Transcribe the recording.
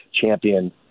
champion